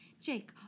Jake